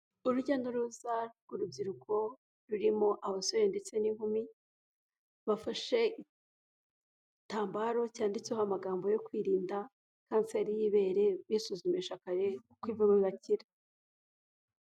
Urujya n'uruza rw'urubyiruko rurimo abasore ndetse n'inkumi, bafashe igitambaro cyanditseho amagambo yo kwirinda kanseri y'ibere, bisuzumisha kare kuko ivurwa igakira.